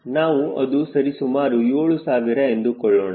ನಾವು ಅದು ಸರಿಸುಮಾರು 7000 ಎಂದುಕೊಳ್ಳೋಣ